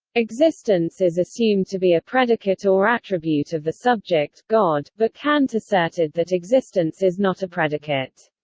existence is assumed to be a predicate or attribute of the subject, god, but kant asserted that existence is not a predicate.